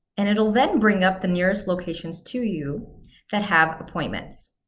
and it'll then bring up the nearest locations to you that have appointments.